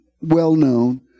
well-known